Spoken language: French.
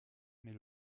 mais